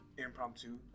impromptu